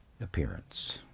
appearance